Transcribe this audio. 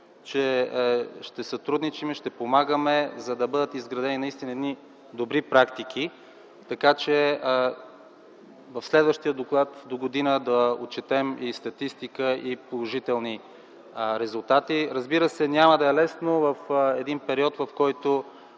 че ще сътрудничим и ще помагаме, за да бъдат изградени наистина едни добри практики, така че в следващия доклад догодина да отчетем и статистика, и положителни резултати. Разбира се, няма да е лесно в един период, в който